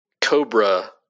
Cobra